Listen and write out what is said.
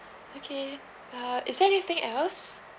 okay uh is there anything else